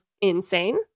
insane